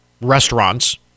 restaurants